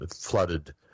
flooded